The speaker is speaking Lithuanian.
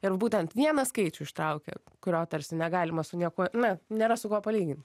ir būtent vieną skaičių ištraukia kurio tarsi negalima su niekuo ne nėra su kuo palygint